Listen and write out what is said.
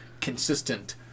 consistent